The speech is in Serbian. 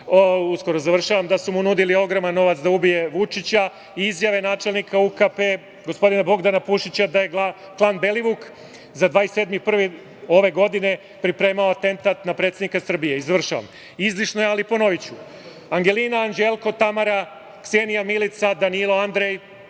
uskoro završavam, da su mu nudili ogroman novac da ubije Vučića, izjave načelnika UKP-a gospodina Bogdana Pušića da je klan Belivuk za 27. januar ove godine pripremao atentat na predsednika Srbije. Završavam. Izlišno je, ali ponoviću, Angelina, Anđelko, Tamara, Ksenija, Milica, Danilo, Andrej,